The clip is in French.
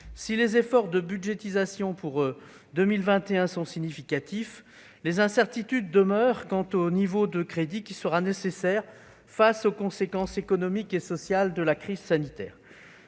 Si les efforts de budgétisation pour 2021 sont significatifs, des incertitudes demeurent quant au niveau de crédits qui sera nécessaire pour faire face aux conséquences économiques et sociales de la crise sanitaire.